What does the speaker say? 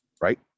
right